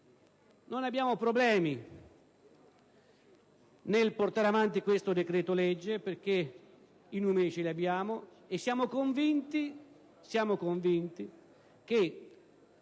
Non abbiamo problemi nel portare avanti questo decreto-legge, perché abbiamo i numeri e siamo convinti che